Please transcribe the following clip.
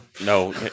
no